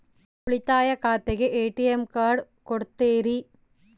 ಉಳಿತಾಯ ಖಾತೆಗೆ ATM card ಕೊಡ್ತೇರಿ?